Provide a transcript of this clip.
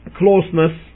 closeness